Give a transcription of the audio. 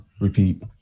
Repeat